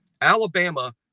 Alabama